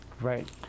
Right